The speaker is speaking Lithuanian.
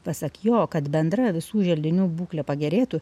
pasak jo kad bendra visų želdinių būklė pagerėtų